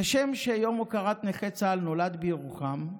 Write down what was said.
כשם שיום הוקרת נכי צה"ל נולד בירוחם,